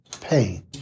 pain